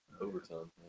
overtime